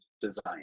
design